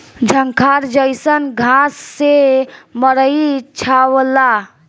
झंखार जईसन घास से मड़ई छावला